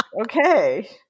okay